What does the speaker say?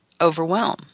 overwhelm